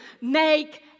make